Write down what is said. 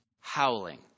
howling